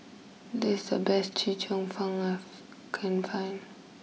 this the best Chee Cheong fun are can find